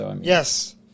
Yes